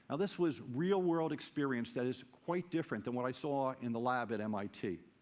this was real-world experience that is quite different than what i saw in the lab at mit.